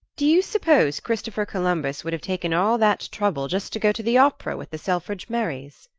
do you suppose christopher columbus would have taken all that trouble just to go to the opera with the selfridge merrys?